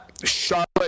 Charlotte